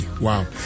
wow